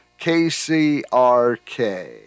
KCRK